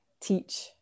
teach